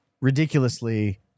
ridiculously